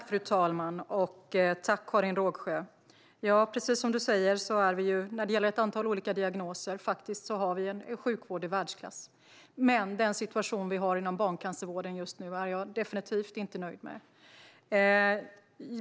Fru talman! Jag tackar Karin Rågsjö. Precis som du säger har vi när det gäller ett antal olika diagnoser en sjukvård i världsklass. Men den situation vi har inom barncancervården är jag definitivt inte nöjd med.